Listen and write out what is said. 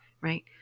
right